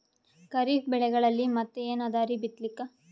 ಖರೀಫ್ ಬೆಳೆಗಳಲ್ಲಿ ಮತ್ ಏನ್ ಅದರೀ ಬಿತ್ತಲಿಕ್?